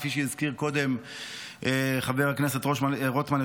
כפי שהזכיר קודם חבר הכנסת רוטמן,